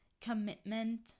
commitment